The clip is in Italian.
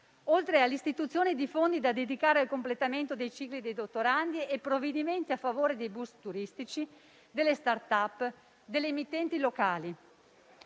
oltre all'istituzione di fondi da dedicare al completamento dei cicli di dottorandi e provvedimenti a favore dei bus turistici, delle *startup*, delle emittenti locali.